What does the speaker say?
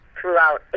throughout